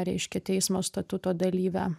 reiškia teismo statuto dalyve